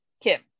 kim